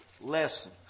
lesson